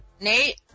Nate